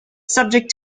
subject